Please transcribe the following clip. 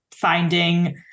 finding